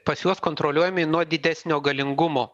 pas juos kontroliuojami nuo didesnio galingumo